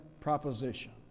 proposition